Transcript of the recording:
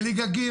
בליגה ג',